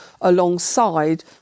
alongside